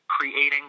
creating